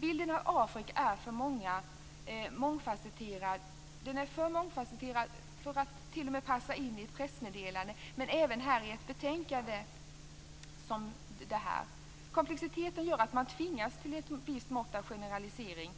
Bilden av Afrika är för många t.o.m. för mångfasetterad för att passa in i ett pressmeddelande, och även i ett betänkande som här. Komplexiteten gör att man tvingas till ett visst mått av generalisering.